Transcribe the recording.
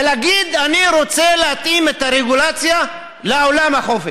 ולהגיד: אני רוצה להתאים את הרגולציה לעולם החופש.